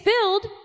filled